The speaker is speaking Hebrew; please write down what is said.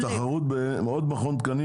התחרות של עוד מכון תקנים?